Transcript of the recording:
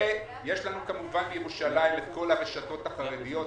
יש לנו כמובן בירושלים את כל הרשתות החרדיות,